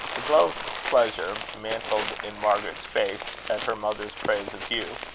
a glow of pleasure mantled in margaret's face at her mother's praise of hugh.